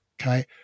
okay